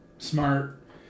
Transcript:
smart